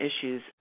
issues